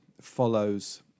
follows